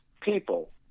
people